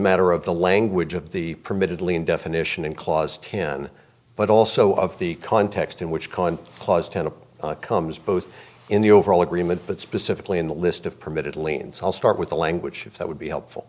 matter of the language of the permitted lien definition and clause ten but also of the context in which common clause tenant comes both in the overall agreement but specifically in the list of permitted liens i'll start with the language if that would be helpful